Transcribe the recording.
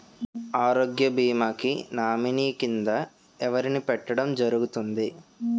ఆరోగ్య భీమా కి నామినీ కిందా ఎవరిని పెట్టడం జరుగతుంది?